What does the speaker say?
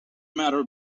matter